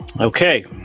Okay